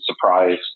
surprise